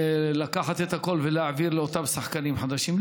לקחת את הכול ולהעביר לאותם שחקנים חדשים,